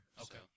Okay